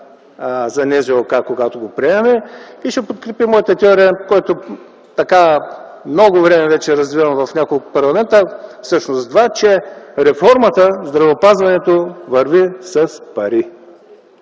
за НЗОК, когато го приемаме, и ще подкрепи моята теория, която вече много време развивам в няколко парламента, всъщност два, че реформата в здравеопазването върви с пари.